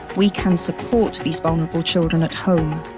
we can support these vulnerable children at home.